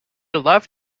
love